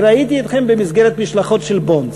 ראיתי אתכם במסגרת משלחות הבונדס,